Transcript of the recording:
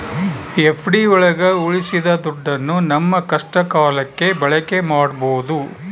FD ಒಳಗ ಉಳ್ಸಿದ ದುಡ್ಡನ್ನ ನಮ್ ಕಷ್ಟ ಕಾಲಕ್ಕೆ ಬಳಕೆ ಮಾಡ್ಬೋದು